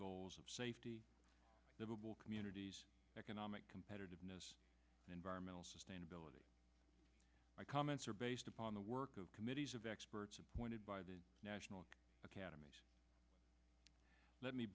goals of safety communities economic competitiveness environmental sustainability my comments are based upon the work of committees of experts appointed by the national academy let me